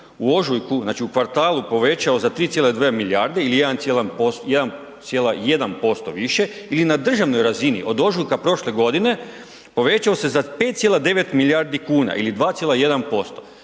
u ožujku, znači u kvartalu povećao za 3,2 milijarde ili 1,1% više ili na državnoj razini, od ožujka prošle godine povećao se za 5,9 milijardi kuna ili 2,1%.